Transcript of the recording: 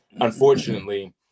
unfortunately